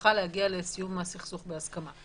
המשפחה להגיע לסיום הסכסוך בהסכמה,